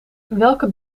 welke